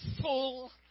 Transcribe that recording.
full